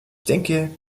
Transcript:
denke